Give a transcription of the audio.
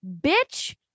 Bitch